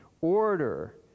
order